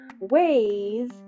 ways